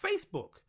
Facebook